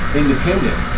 independent